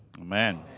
amen